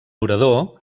orador